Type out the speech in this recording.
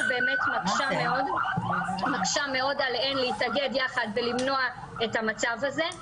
באמת מקשה מאוד עליהן להתאגד יחד ולמנוע את המצב הזה.